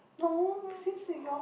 nope since your